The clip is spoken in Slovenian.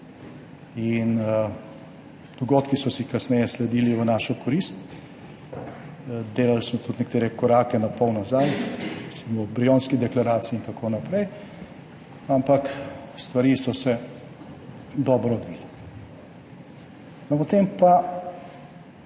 in dogodki so si kasneje sledili v našo korist. Delali smo tudi nekatere korake na pol nazaj, recimo v Brionski deklaraciji in tako naprej, ampak stvari so se dobro odvile. No,